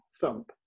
thump